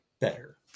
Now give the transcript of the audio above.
better